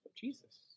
Jesus